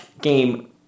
game